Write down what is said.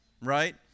right